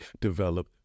develop